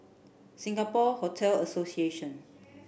Singapore Hotel Association